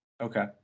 okay